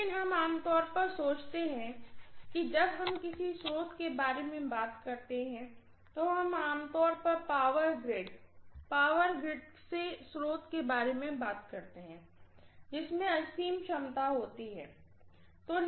लेकिन हम आम तौर पर सोचते हैं कि जब हम किसी स्रोत के बारे में बात करते हैं तो हम आम तौर पर पावर ग्रिड पावर ग्रिड से स्रोत के बारे में बात करते हैं जिसमें असीम क्षमता होती है